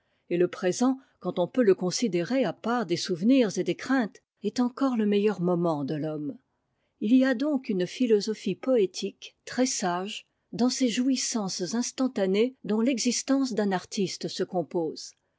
et le présent quand on peut le considérer à part des souvenirs et des craintes est encore le meilleur moment de l'homme il y a donc une philosophie poétique très-sage dans ces jouissances instantanées dont l'existence d'un artiste se compose